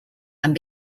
and